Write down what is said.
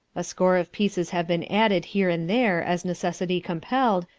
a score of pieces have been added here and there as necessity compelled,